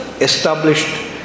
established